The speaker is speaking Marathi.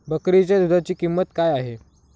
बकरीच्या दूधाची किंमत काय आहे?